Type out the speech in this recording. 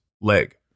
leg